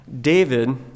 David